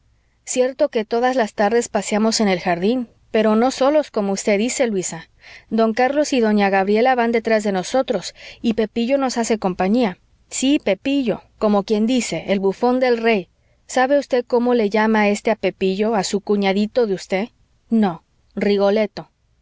cierto que todas las tardes paseamos en el jardín pero no solos como usted dice luisa don carlos y doña gabriela van detrás de nosotros y pepillo nos hace compañía sí pepillo como quien dice el bufón del rey sabe usted cómo le llama éste a pepillo a su cuñadito de usted no rigoleto